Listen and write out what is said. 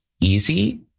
easy